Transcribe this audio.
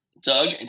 Doug